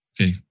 okay